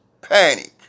panic